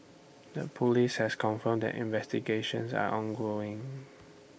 the Police has confirmed that investigations are ongoing